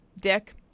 dick